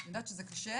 אני יודעת שזה קשה,